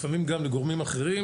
לפעמים גם לגורמים אחרים,